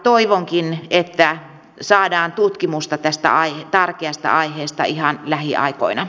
toivonkin että saadaan tutkimusta tästä tärkeästä aiheesta ihan lähiaikoina